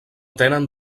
tenen